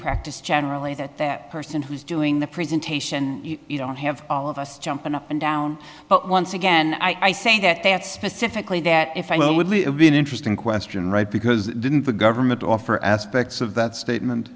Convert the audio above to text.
practice generally that that person who's doing the presentation you don't have all of us jumping up and down but once again i say that they are specifically that if i would be an interesting question right because didn't the government offer aspects of that statement